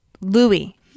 Louis